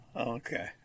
okay